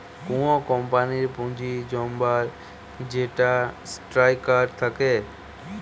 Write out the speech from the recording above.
কুনো কোম্পানির পুঁজি জমাবার যেইটা স্ট্রাকচার থাকে